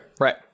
right